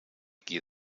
qui